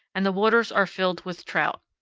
and the waters are filled with trout.